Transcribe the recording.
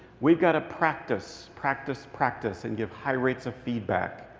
we've got to practice, practice, practice, and give high rates of feedback.